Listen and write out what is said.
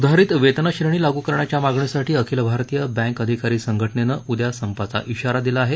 सुधारित वेतनश्रेणी लागू करण्याच्या मागणीसाठी अखिल भारतीय बँक अधिकारी संघटनेनं उद्या संपाचा इशारा दिला आहे